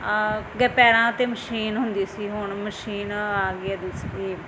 ਇਹ ਅੱਗੇ ਪੈਰਾਂ 'ਤੇ ਮਸ਼ੀਨ ਹੁੰਦੀ ਸੀ ਹੁਣ ਮਸ਼ੀਨ ਆ ਗਈ ਆ ਦੂਸਰੀ